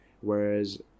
Whereas